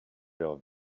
leurs